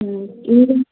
ம் இந்த